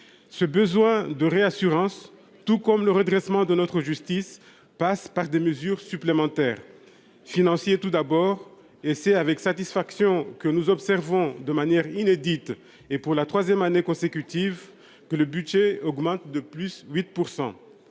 Ce besoin de réassurance tout comme le redressement de notre justice passe par des mesures supplémentaires financier tout d'abord, et c'est avec satisfaction que nous observons de manière inédite et pour la 3ème année consécutive que le budget augmente de plus 8%